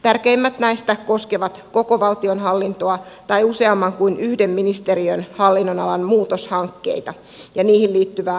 tärkeimmät näistä koskevat koko valtionhallintoa tai useamman kuin yhden ministeriön hallinnonalan muutoshankkeita ja niihin liittyvää yhteistoimintaa